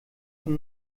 von